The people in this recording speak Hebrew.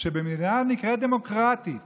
שבמדינה שנקראת דמוקרטית